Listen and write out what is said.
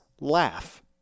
laugh